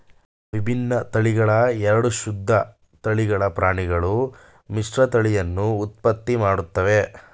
ವಿಭಿನ್ನ ತಳಿಗಳ ಎರಡು ಶುದ್ಧ ತಳಿಗಳ ಪ್ರಾಣಿಗಳು ಮಿಶ್ರತಳಿಯನ್ನು ಉತ್ಪತ್ತಿ ಮಾಡ್ತವೆ